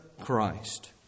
Christ